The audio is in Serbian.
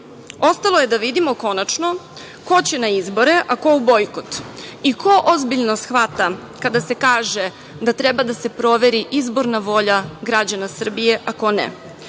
Ostalo je da vidimo, konačno, ko će na izbore, a ko u bojkot i ko ozbiljno shvata kada se kaže da treba da se proveri izborna volja građana Srbije, a ko